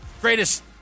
greatest